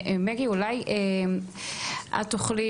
ומגי, אולי את תוכלי